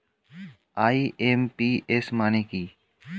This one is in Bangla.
আই.এম.পি.এস মানে কি?